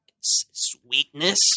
sweetness